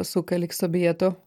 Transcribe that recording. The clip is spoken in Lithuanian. su kalikso bietu